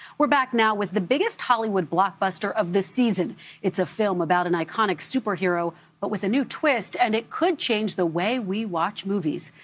we're back now with the biggest hollywood blockbuster of the season. it's a film about an iconic superhero but with a new twist, and it could change the way we watch movies.